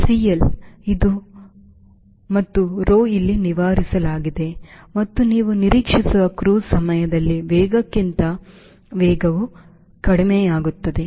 CL ಇದು ಮತ್ತು Rho ಇಲ್ಲಿ ನಿವಾರಿಸಲಾಗಿದೆ ಮತ್ತು ನೀವು ನಿರೀಕ್ಷಿಸುವ ಕ್ರೂಸ್ ಸಮಯದಲ್ಲಿ ವೇಗಕ್ಕಿಂತ ವೇಗವು ಕಡಿಮೆಯಾಗುತ್ತದೆ